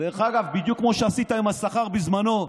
דרך אגב, בדיוק כמו שעשית עם השכר בזמנו.